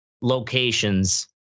locations